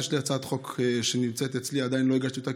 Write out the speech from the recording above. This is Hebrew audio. יש לי הצעת חוק שנמצאת אצלי ועדיין לא הגשתי אותה,